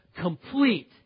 complete